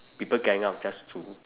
people gang up just to